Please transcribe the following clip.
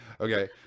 Okay